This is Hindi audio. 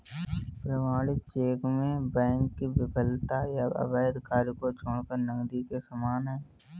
प्रमाणित चेक में बैंक की विफलता या अवैध कार्य को छोड़कर नकदी के समान है